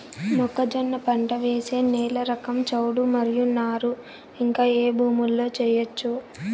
మొక్కజొన్న పంట వేసే నేల రకం చౌడు మరియు నారు ఇంకా ఏ భూముల్లో చేయొచ్చు?